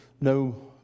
no